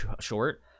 short